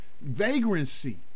vagrancy